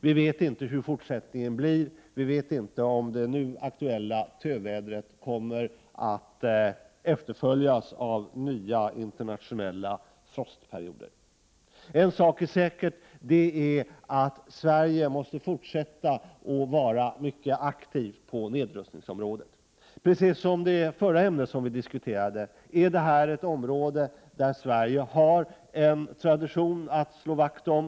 Vi vet inte hur fortsättningen blir, t.ex. om det nu aktuella tövädret kommer att efterföljas av nya internationella frostperioder. En sak är dock säker: Sverige måste fortsätta att vara mycket aktivt på nedrustningsområdet. Precis som det förra ämne som vi diskuterade är detta ett område där Sverige har en tradition att slå vakt om.